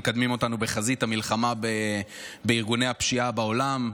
מקדמים אותנו בחזית המלחמה בארגוני הפשיעה בעולם,